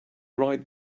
right